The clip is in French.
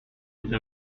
est